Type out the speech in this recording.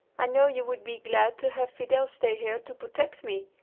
i know you would be glad to have fidel stay here to protect me.